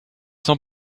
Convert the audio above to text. sont